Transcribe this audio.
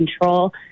control